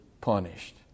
punished